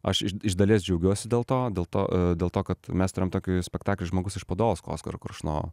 aš iš dalies džiaugiuosi dėl to dėl to dėl to kad mes turim tokį spektaklį žmogus iš podolsko oskaro koršunovo